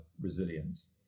resilience